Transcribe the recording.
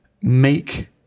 make